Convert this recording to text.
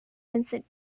vincent